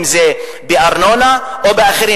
אם זה בארנונה ואם זה בדברים אחרים.